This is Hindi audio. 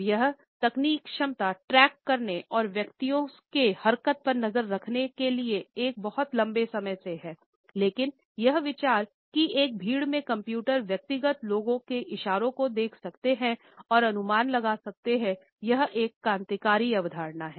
वह तकनीकी क्षमता ट्रैक करने और व्यक्तियों के हरकत पर नज़र रखने की एक बहुत लंबे समय से हैं लेकिन यह विचार कि एक भीड़ में कंप्यूटर व्यक्तिगत लोगों के इशारों को देख सकते हैं और अनुमान लगा सकते हैं यह एक क्रांतिकारी अवधारणा है